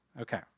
Okay